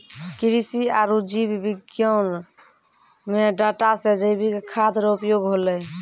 कृषि आरु जीव विज्ञान मे डाटा से जैविक खाद्य रो उपयोग होलै